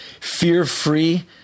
fear-free